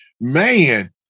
man